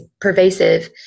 pervasive